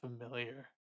familiar